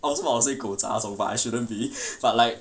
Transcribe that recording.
but I shouldn't be but like